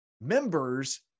members